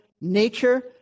nature